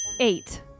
eight